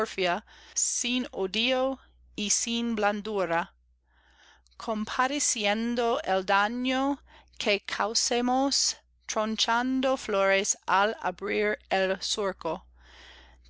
sin odio y sin blandura compadeciendo el daño que causemos tronchando flores